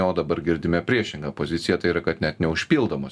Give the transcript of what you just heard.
o dabar girdime priešingą poziciją tai yra kad net neužpildomos